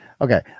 Okay